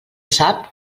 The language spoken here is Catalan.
sap